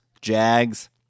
Jags